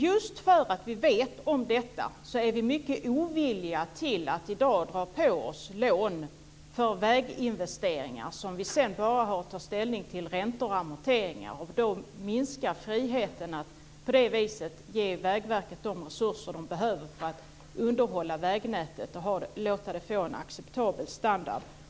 Just därför att vi vet om detta är vi mycket ovilliga att i dag dra på oss lån för väginvesteringar, eftersom vi sedan bara har att ta ställning till räntor och amorteringar. Då minskar friheten att ge Vägverket de resurser det behöver för att underhålla vägnätet och låta det få en acceptabel standard.